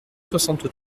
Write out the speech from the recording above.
soixante